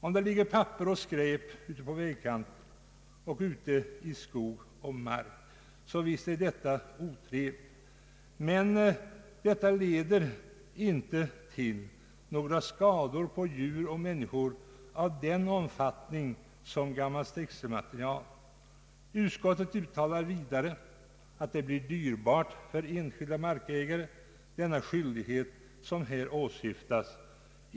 Om det ligger papper och skräp vid vägkanterna och ute i skog och mark, så visst är det otrevligt men det leder inte till några skador på djur och människor av den omfattning som gammalt stängselmaterial gör. Utskottet uttalar vidare att den skyldighet som här åsyftas blir dyrbar för enskilda markägare.